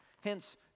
Hence